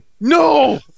No